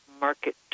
market